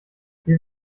sie